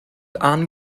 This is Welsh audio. ann